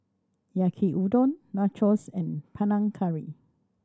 Yaki Udon Nachos and Panang Curry